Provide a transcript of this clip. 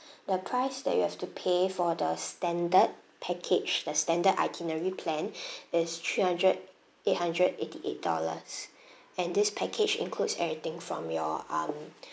the price that you have to pay for the standard package the standard itinerary plan is three hundred eight hundred eighty eight dollars and this package includes everything from your um